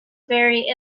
very